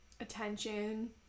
Attention